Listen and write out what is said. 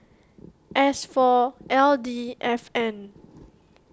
S four L D F N